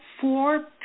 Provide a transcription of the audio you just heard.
four